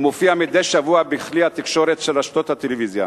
ומופיע מדי שבוע בכלי התקשורת של רשתות הטלוויזיה.